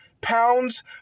pounds